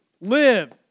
live